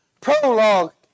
prologue